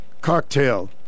cocktail